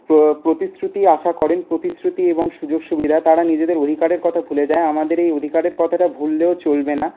প্রতিশ্রুতি আশা করেন প্রতিশ্রুতি এবং সুযোগ সুবিধা তারা নিজেদের অধিকারের কথা ভুলে যান আমাদের এই অধিকারের কথাটা ভুললেও চলবে না